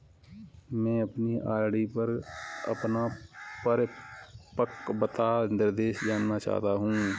मैं अपनी आर.डी पर अपना परिपक्वता निर्देश जानना चाहता हूँ